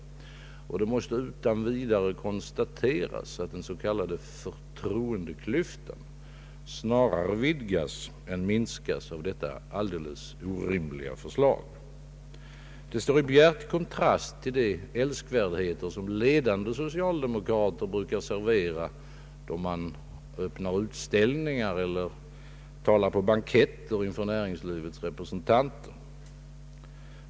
Det mås te utan vidare konstateras, att den s.k. förtroendeklyftan snarare vidgas än minskas av detta alldeles orimliga förslag. Det står i bjärt kontrast till de älskvärdheter som ledande socialdemokrater brukar servera, då de inviger utställningar eller talar på banketter inför näringslivets representanter.